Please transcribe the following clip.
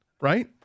Right